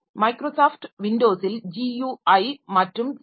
Microsoft விண்டோஸில் GUI மற்றும் C